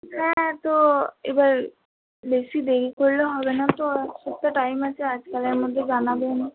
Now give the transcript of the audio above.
হ্যাঁ তো এবার বেশি দেরি করলে হবে না তো আর এক সপ্তাহ টাইম আছে আজ কালের মধ্যে জানাবেন